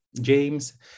James